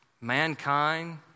mankind